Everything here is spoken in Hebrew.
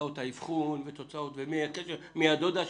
תוצאות האבחון ומי הדודה שלו?